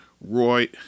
roy